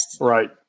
Right